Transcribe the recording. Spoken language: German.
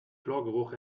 chlorgeruch